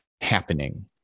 happening